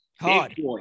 hard